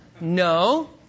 No